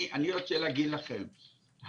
אני רוצה להגיד לכם,